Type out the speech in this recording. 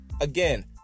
again